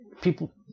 people